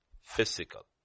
physical